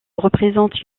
représente